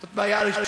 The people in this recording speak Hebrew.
זאת בעיה ראשונה.